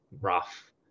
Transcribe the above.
rough